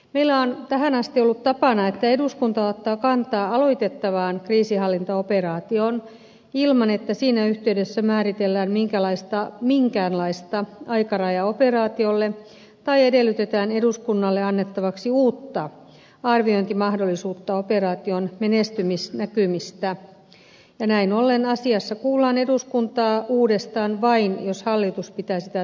meillä on tähän asti ollut tapana että eduskunta ottaa kantaa aloitettavaan kriisinhallintaoperaatioon ilman että siinä yhteydessä määritellään minkäänlaista aikarajaa operaatiolle tai edellytetään eduskunnalle annettavaksi uutta arviointimahdollisuutta operaation menestymisnäkymistä ja näin ollen asiassa kuullaan eduskuntaa uudestaan vain jos hallitus pitää sitä tarpeellisena